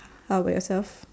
how about yourself